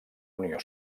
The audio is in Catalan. unió